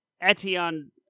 Etienne